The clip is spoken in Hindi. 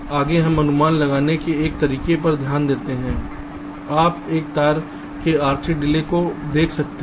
आगे हम अनुमान लगाने के एक तरीके पर ध्यान देते हैं आप एक तार के RC डिले को देख सकते हैं